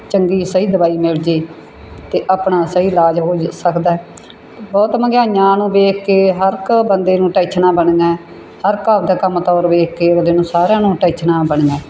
ਚੰਗੀ ਸਹੀ ਦਵਾਈ ਮਿਲ ਜਾਵੇ ਅਤੇ ਆਪਣਾ ਸਹੀ ਇਲਾਜ ਹੋ ਜ ਸਕਦਾ ਹੈ ਬਹੁਤ ਮੰਗਿਆਈਆਂ ਨੂੰ ਵੇਖ ਕੇ ਹਰ ਇੱਕ ਬੰਦੇ ਨੂੰ ਟੈਂਸ਼ਨਾਂ ਬਣੀਆਂ ਹਰ ਘਰ ਦੇ ਕੰਮ ਤੋਰ ਵੇਖ ਕੇ ਨੂੰ ਸਾਰਿਆਂ ਨੂੰ ਟੈਂਸ਼ਨਾਂ ਬਣੀਆਂ